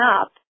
up